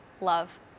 love